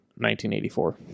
1984